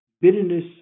bitterness